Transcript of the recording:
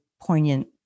poignant